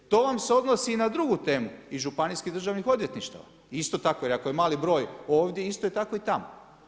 To vam se odnosi i na drugu temu i županijskih državnih odvjetništava isto tako jer ako je mali broj ovdje, isto je tako i tamo.